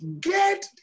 get